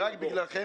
מגיע לכם,